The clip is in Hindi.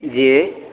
जी